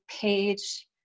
page